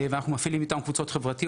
שאיתם אנחנו מפעילים קבוצות חברתיות.